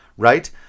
right